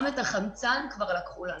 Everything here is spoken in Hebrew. גם את החמצן כבר לקחו לנו.